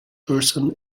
person